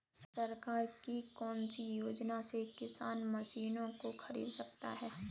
सरकार की कौन सी योजना से किसान मशीनों को खरीद सकता है?